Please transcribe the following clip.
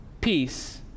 Peace